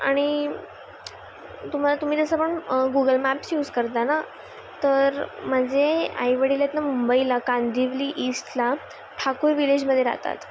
आणि तुम्हाला तुम्ही जसं पण गुगल मॅप्स यूज करता ना तर मंजे आईवडील ना मुंबईला कांदिवली ईस्टला ठाकूर विलेजमदे राहतात